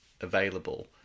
available